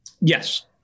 Yes